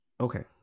Okay